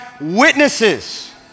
witnesses